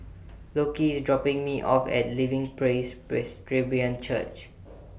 Lockie IS dropping Me off At Living Praise Presbyterian Church